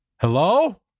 Hello